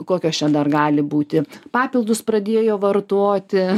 kokios čia dar gali būti papildus pradėjo vartoti